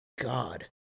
God